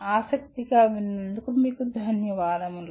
మీరు ఆసక్తి చూపినందుకు ధన్యవాదములు